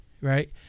right